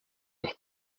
leur